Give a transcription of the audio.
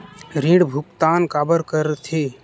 ऋण भुक्तान काबर कर थे?